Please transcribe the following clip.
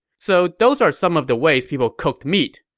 so those are some of the ways people cooked meat.